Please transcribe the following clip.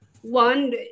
One